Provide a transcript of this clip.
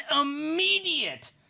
immediate